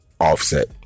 Offset